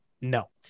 No